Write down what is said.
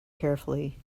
carefully